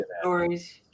stories